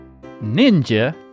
Ninja